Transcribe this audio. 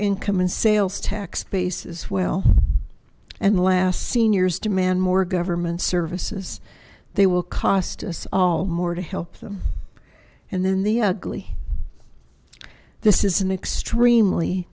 income and sales tax base as well and the last seniors demand more government services they will cost us all more to help them and then the ugly this is an extremely